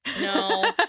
No